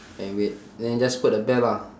and wait then just put the bell lah